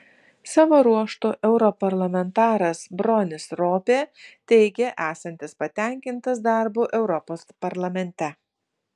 savo ruožtu europarlamentaras bronis ropė teigė esantis patenkintas darbu europos parlamente